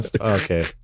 Okay